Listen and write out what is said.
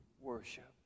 worship